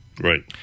Right